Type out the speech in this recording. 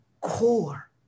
core